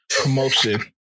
promotion